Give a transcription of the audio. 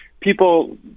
people